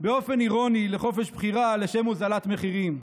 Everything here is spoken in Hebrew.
באופן אירוני לחופש בחירה לשם הוזלת מחירים.